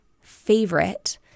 favorite